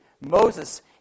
Moses